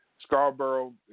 Scarborough